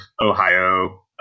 Ohio